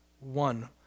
one